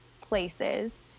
places